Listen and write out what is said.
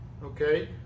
okay